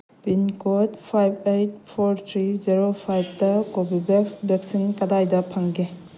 pincode five eight four three zero ꯐꯥꯏꯞꯇ Corbevax vaccine ꯀꯗꯥꯏꯗ ꯐꯪꯒꯦ